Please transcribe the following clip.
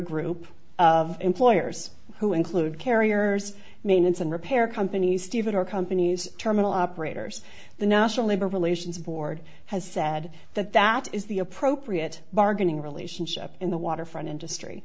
group of employers who include carriers maintenance and repair companies stevedore companies terminal operators the national labor relations board has said that that is the appropriate bargaining relationship in the waterfront industry